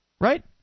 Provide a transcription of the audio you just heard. right